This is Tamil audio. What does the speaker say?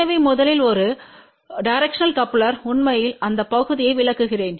எனவே முதலில் ஒரு டிரெக்ஷனல் கப்லெர் உண்மையில் அந்த பகுதியை விளக்குகிறேன்